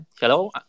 Hello